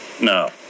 No